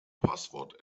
passwort